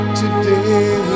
today